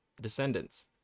descendants